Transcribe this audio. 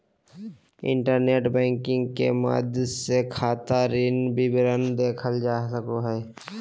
internet banking के माध्यम से खाता ऋण विवरण देखल जा सको हइ